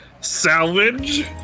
salvage